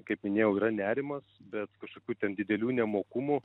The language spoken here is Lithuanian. kaip minėjau yra nerimas bet kažkokių ten didelių nemokumų